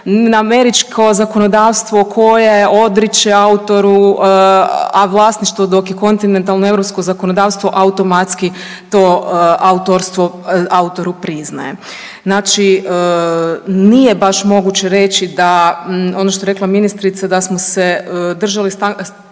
američko zakonodavstvo koje odriče autoru a vlasništvo dok je kontinentalno europsko zakonodavstvo automatski to autorstvo autoru priznaje. Znači, nije baš moguće reći da ono što je rekla ministrica, da smo se držali tog članka